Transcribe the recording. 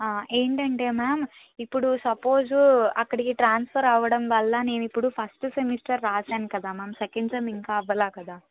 ఆ ఏంటంటే మామ్ ఇప్పుడు సప్పోజు అక్కడికి ట్రాన్స్ఫర్ అవడం వల్ల నేను ఇప్పుడు ఫస్ట్ సెమిస్టర్ రాసాను కదా మామ్ సెకండ్ సెమ్ ఇంకా అవలేదు కదా